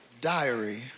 Diary